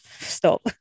stop